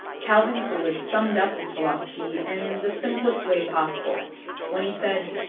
calvin coolidge summed up this philosophy in the simplest way possible when he said,